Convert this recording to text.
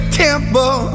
temple